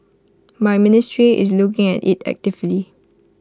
my ministry is looking at IT actively